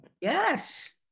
yes